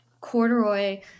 corduroy